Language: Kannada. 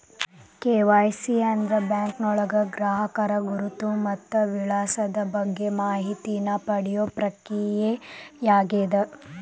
ಕೆ.ವಾಯ್.ಸಿ ಅಂದ್ರ ಬ್ಯಾಂಕ್ಗಳ ಗ್ರಾಹಕರ ಗುರುತು ಮತ್ತ ವಿಳಾಸದ ಬಗ್ಗೆ ಮಾಹಿತಿನ ಪಡಿಯೋ ಪ್ರಕ್ರಿಯೆಯಾಗ್ಯದ